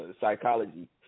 psychology